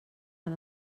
han